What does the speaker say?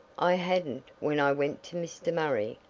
i hadn't when i went to mr. murray,